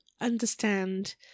understand